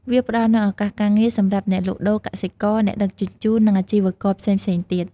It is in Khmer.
វាផ្តល់នូវ ឱកាសការងារ សម្រាប់អ្នកលក់ដូរ កសិករ អ្នកដឹកជញ្ជូន និងអាជីវករផ្សេងៗទៀត។